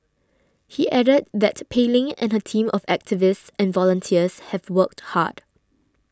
he added that Pei Ling and her team of activists and volunteers have worked hard